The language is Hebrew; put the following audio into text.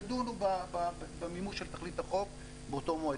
ידונו במימוש של תכלית החוק באותו מועד.